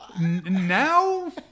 Now